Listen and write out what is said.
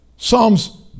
Psalms